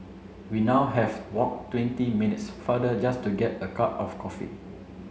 we now have walk twenty minutes farther just to get a cup of coffee